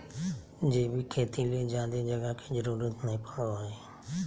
जैविक खेती ले ज्यादे जगह के जरूरत नय पड़ो हय